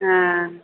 ஆ ஆ